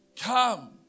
Come